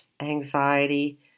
anxiety